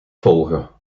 volgen